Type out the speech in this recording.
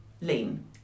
lean